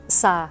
sa